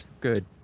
Good